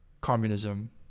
communism